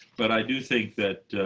but i do think that